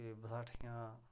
फ्ही बसाठियां